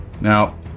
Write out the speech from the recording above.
Now